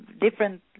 different